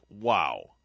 wow